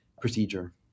procedure